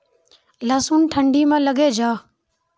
लहसुन ठंडी मे लगे जा?